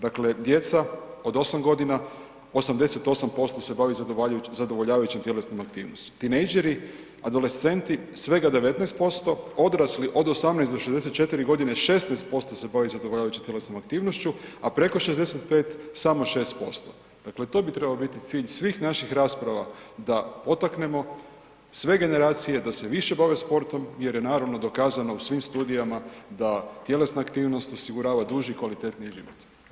Dakle, djeca od 8 godina 88% se bavi zadovoljavajućim tjelesnim aktivnostima, tinejdžeri, adolescenti svega 19%, odrasli od 18 do 64 godine 16% se bavi zadovoljavajući tjelesnom aktivnošću, a preko 65 samo 6% dakle to bi trebao biti cilj svih naših rasprava da potaknemo sve generacije da se više bave sportom jer je naravno dokazano u svim studijama da tjelesna aktivnost osigurava duži i kvalitetniji život.